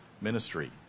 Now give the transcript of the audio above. ministry